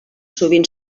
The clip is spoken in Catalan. sovint